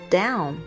down